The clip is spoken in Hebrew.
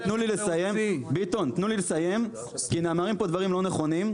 תנו לי לסיים כי נאמרים פה דברים לא נכונים.